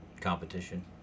competition